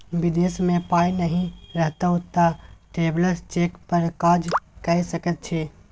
विदेश मे पाय नहि रहितौ तँ ट्रैवेलर्स चेक पर काज कए सकैत छी